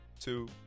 Two